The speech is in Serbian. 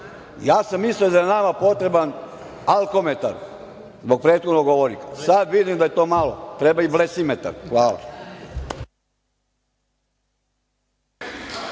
ja sam mislio da je nama potreban alkometar zbog prethodnog govornika, sad vidim da je to malo, treba i blesimetar. Hvala.